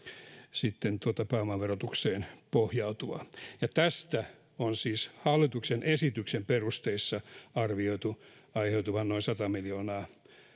sitten pääomaverotukseen pohjautuvaa tästä on siis hallituksen esityksen perusteissa arvioitu aiheutuvan noin sata miljoonaa